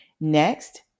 Next